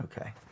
Okay